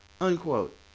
unquote